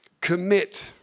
commit